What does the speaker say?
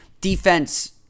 defense